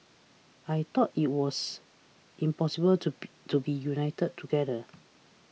I thought it was impossible to be to be united together